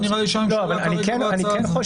נראה לי שהממשלה לא תומכת בהצעה הזאת.